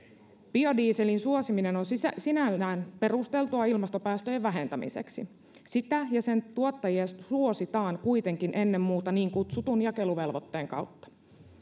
biodieselin suosiminen on sinällään perusteltua ilmastopäästöjen vähentämiseksi sitä ja sen tuottajia suositaan kuitenkin ennen muuta niin kutsutun jakeluvelvoitteen kautta